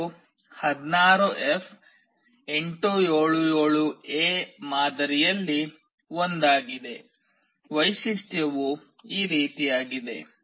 ಇದು 16F877A ಮಾದರಿಯಲ್ಲಿ ಒಂದಾಗಿದೆ ವೈಶಿಷ್ಟ್ಯವು ಈ ರೀತಿಯಾಗಿದೆ